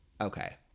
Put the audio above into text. Okay